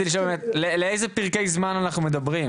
לשאול על איזה פרקי זמן אנחנו מדברים.